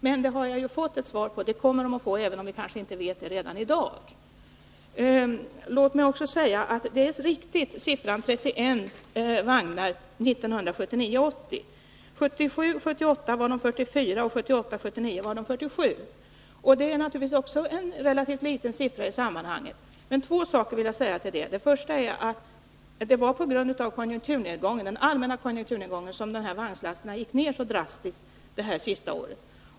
Men nu har jag ju fått svaret att de kommer att få den möjligheten. Låt mig också säga att siffran 31 är riktig när det gäller antalet lastade vagnar 1979 78 var siffran 44, och 1978/79 var den 47. Också det är naturligtvis relativt små siffror i sammanhanget. Men jag vill säga två saker till detta. För det första var det på grund av den allmänna konjunkturnedgången som vagnlasttrafiken minskade så drastiskt det senaste året.